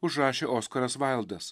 užrašė oskaras vaildas